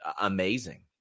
amazing